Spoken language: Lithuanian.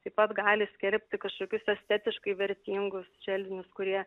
taip pat gali skelbti kažkokius estetiškai vertingus želdinius kurie